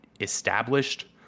established